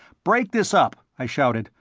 break this up, i shouted.